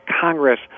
Congress